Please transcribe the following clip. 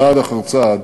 צעד אחר צעד,